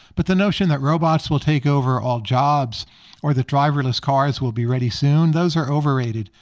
but the notion that robots will take over all jobs or that driverless cars will be ready soon those are overrated.